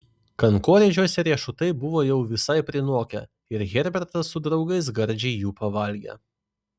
kankorėžiuose riešutai buvo jau visai prinokę ir herbertas su draugais gardžiai jų pavalgė